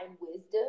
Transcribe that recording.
wisdom